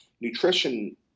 Nutrition